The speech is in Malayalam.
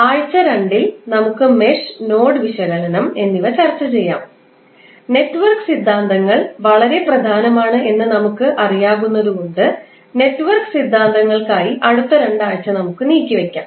ആഴ്ച 2 ൽ നമുക്ക് മെഷ് നോഡ് വിശകലനം Mesh Node analysis എന്നിവ ചർച്ച ചെയ്യാം നെറ്റ്വർക്ക് സിദ്ധാന്തങ്ങൾ വളരെ പ്രധാനമാണ് എന്ന് നമുക്ക് അറിയുന്നതുകൊണ്ട് നെറ്റ്വർക്ക് സിദ്ധാന്തങ്ങൾക്കായി അടുത്ത 2 ആഴ്ച നമുക്ക് നീക്കി വെക്കാം